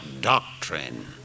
doctrine